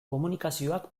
komunikazioak